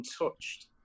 untouched